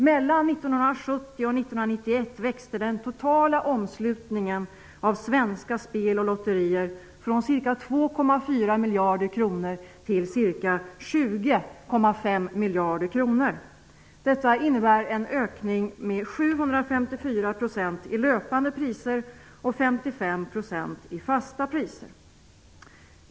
Mellan 1970 och 1991 växte den totala omslutningen av svenska spel och lotterier från ca 2,4 miljarder kronor till ca 20,5 miljarder kronor. Detta innebär en ökning med 754 % i löpande priser och 55 % i fasta priser.